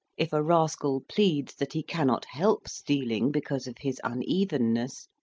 if a rascal pleads that he cannot help stealing because of his unevenness,